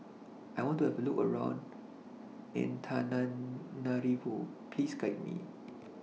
I want to Have A Look around Antananarivo Please Guide Me